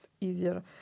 easier